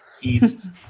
east